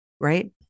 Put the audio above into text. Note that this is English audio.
Right